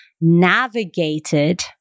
navigated